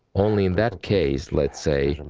only in that case, let's say,